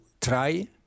try